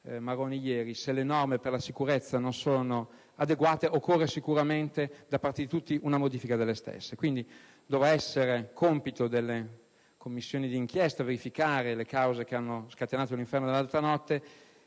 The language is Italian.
Maroni, se le norme per le sicurezza non sono adeguate occorre sicuramente una modifica delle stesse da parte di tutti. Quindi, dovrà essere compito delle commissioni d'inchiesta verificare le cause che hanno scatenato l'inferno dell'altra notte